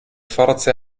forze